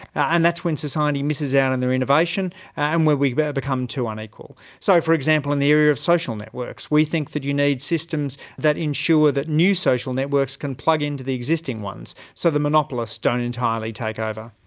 and that's when society misses out on and their innovation and where we become too unequal. so, for example, in the area of social networks, we think that you need systems that ensure that new social networks can plug into the existing ones so the monopolists don't entirely take over.